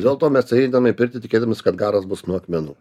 dėl to mes eidami į pirtį tikėdamies kad garas bus nuo akmenų